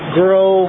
grow